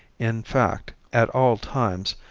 in fact, at all times,